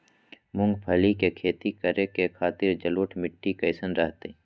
मूंगफली के खेती करें के खातिर जलोढ़ मिट्टी कईसन रहतय?